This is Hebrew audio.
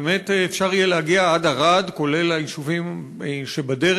ואפשר יהיה להגיע עד ערד, כולל היישובים שבדרך,